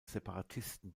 separatisten